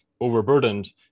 overburdened